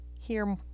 Hear